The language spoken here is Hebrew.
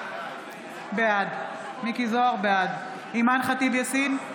בעד אימאן ח'טיב יאסין,